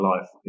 life